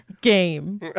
Game